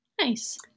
Nice